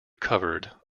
covered